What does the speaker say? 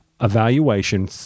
evaluation